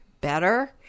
better